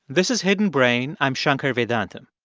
this is hidden brain. i'm shankar vedantam